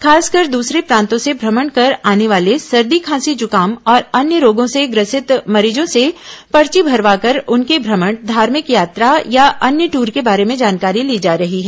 खासकर दुसरे प्रांतों से भ्रमण कर आने वाले सर्दी खासी जुकाम और अन्य रोगों से ग्रसित मरीजों से पर्वी भरवा कर उनके भ्रमण धार्मिक यात्रा या अन्य दूर के बारे में जानकारी ली जा रही है